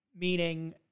meaning